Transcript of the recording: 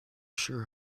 sure